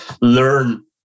learn